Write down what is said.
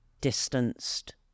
distanced